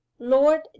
lord